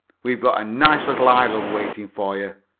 we've got a nice little island waiting for you.